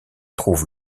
trouve